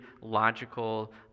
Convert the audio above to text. logical